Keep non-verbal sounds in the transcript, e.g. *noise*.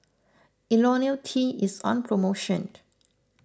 Ionil T is on promotion *noise*